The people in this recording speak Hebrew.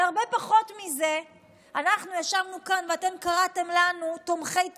על הרבה פחות מזה אנחנו ישבנו כאן ואתם קראתם לנו "תומכי טרור",